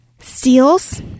steals